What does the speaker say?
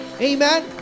Amen